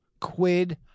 Quid